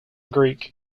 greek